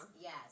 yes